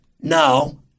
No